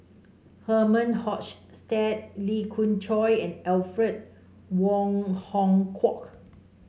Herman Hochstadt Lee Khoon Choy and Alfred Wong Hong Kwok